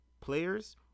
players